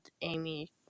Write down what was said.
Amy